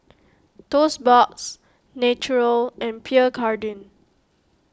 Toast Box Naturel and Pierre Cardin